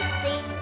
see